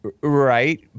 Right